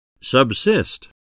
Subsist